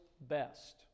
best